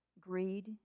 greed